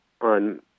on